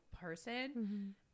person